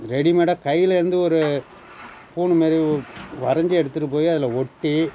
ரெடிமேடாக கையில இருந்து ஒரு பூணுமாதிரி வரைஞ்சி எடுத்துட்டு போய் அதில் ஒட்டி